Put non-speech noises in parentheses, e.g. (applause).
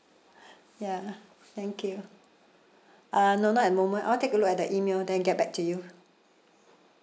(breath) ya thank you ah no not at the moment I want take a look at that email then get back to you